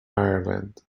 ireland